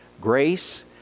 grace